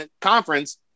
Conference